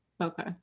Okay